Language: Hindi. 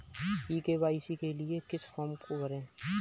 ई के.वाई.सी के लिए किस फ्रॉम को भरें?